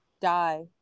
die